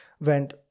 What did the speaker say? went